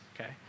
okay